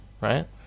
Right